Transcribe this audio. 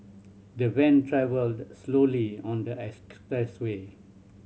the van travelled slowly on the expressway